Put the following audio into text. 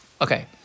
Okay